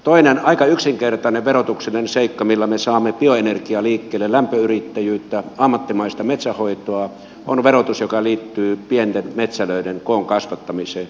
toinen aika yksinkertainen verotuksellinen seikka millä me saamme bioenergiaa liikkeelle lämpöyrittäjyyttä ammattimaista metsänhoitoa on verotus joka liittyy pienten metsälöiden koon kasvattamiseen